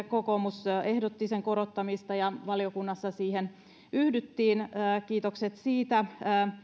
kokoomus ehdotti sen osalta korottamista ja valiokunnassa siihen yhdyttiin kiitokset siitä